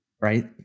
Right